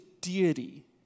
deity